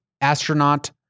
astronaut